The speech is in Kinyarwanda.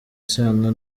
isano